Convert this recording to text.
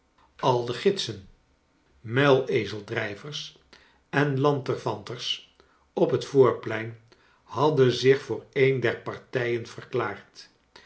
al de gidsen muilezeldrijvers en lanterfanters op het voorplein hadden zich voor een der beide partijen verklaard